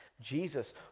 Jesus